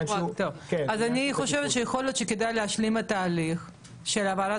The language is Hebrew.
אז אני חושבת שיכול להיות שכדאי להשלים את ההליך של העברת